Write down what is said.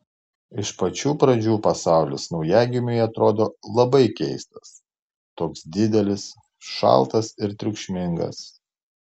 iš pačių pradžių pasaulis naujagimiui atrodo labai keistas toks didelis šaltas ir triukšmingas